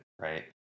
right